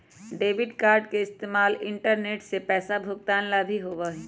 debit card के इस्तेमाल internet से पैसा भुगतान ला भी होबा हई